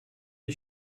the